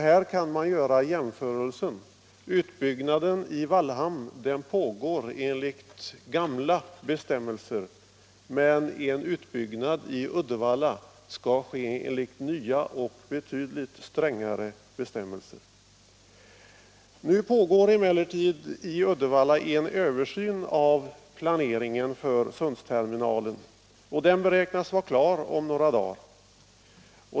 Här kan man göra jämförelsen: utbyggnaden i Wallhamn pågår enligt gamla bestämmelser, men en utbyggnad i Uddevalla skall ske enligt nya och betydligt strängare bestämmelser. Nu pågår emellertid i Uddevalla en översyn av planeringen för Sundsterminalen, och den översynen beräknas vara klar om några dagar.